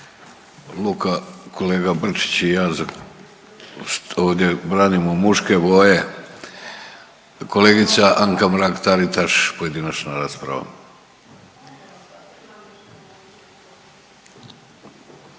Luka, kolega Brčić i ja .../nerazumljivo/... ovdje branimo muške boje, kolegica Anka Mrak-Taritaš, pojedinačna rasprava.